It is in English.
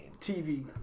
TV